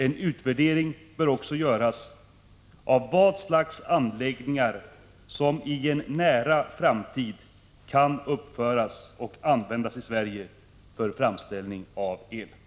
En utvärdering bör också göras av vad slags anläggningar som i en nära framtid kan uppföras och användas i Sverige för framställning av el.